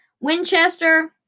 Winchester